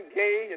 gay